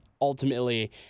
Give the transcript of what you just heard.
ultimately